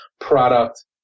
product